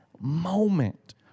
moment